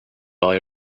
buy